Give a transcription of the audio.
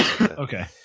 okay